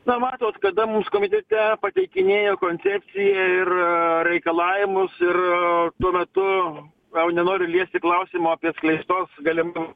na matot kada mus komitete pateikinėjo koncepciją ir a reikalavimus ir a tuo metu au nenoriu liesti klausimo apie atskleistos galingum